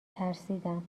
ترسیدم